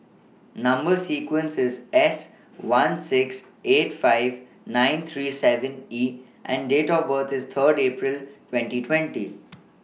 Number sequence IS S one six eight five nine three seven E and Date of birth IS Third April twenty twenty